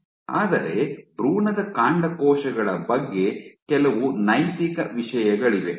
ಆದರೆ ಭ್ರೂಣದ ಕಾಂಡಕೋಶಗಳ ಬಗ್ಗೆ ಕೆಲವು ನೈತಿಕ ವಿಷಯಗಳಿವೆ